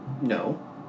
no